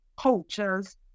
cultures